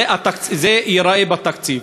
זה ייראה בתקציב.